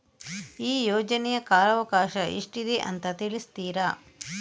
ಈ ಯೋಜನೆಯ ಕಾಲವಕಾಶ ಎಷ್ಟಿದೆ ಅಂತ ತಿಳಿಸ್ತೀರಾ?